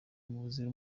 buzira